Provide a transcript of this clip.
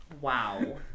Wow